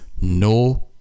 no